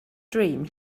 dream